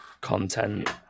content